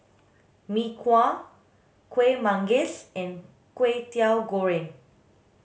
mee kuah kuih manggis and kway teow goreng